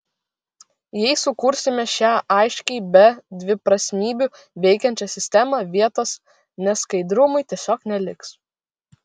jei sukursime šią aiškiai be dviprasmybių veikiančią sistemą vietos neskaidrumui tiesiog neliks